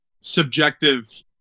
subjective